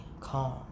calm